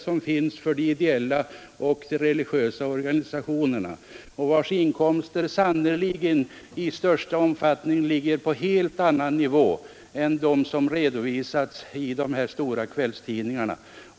Givarna i de ideella och religiösa organisationerna har i de allra flesta fall inkomster som ligger på en helt annan nivå än de belopp som redovisats i de stora kvällstidningarna.